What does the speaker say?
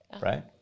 right